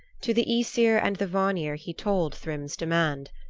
to the aesir and the vanir he told thrym's demand.